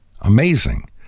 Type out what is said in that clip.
Amazing